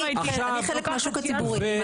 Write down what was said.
אני חלק מהשוק הציבורי.